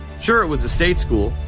sure, it was a state school,